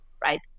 right